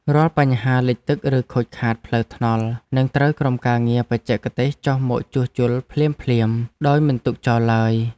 រាល់បញ្ហាលិចទឹកឬខូចខាតផ្លូវថ្នល់នឹងត្រូវក្រុមការងារបច្ចេកទេសចុះមកជួសជុលភ្លាមៗដោយមិនទុកចោលឡើយ។